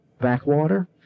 backwater